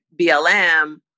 BLM